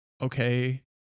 okay